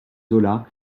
zola